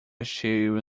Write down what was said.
cheio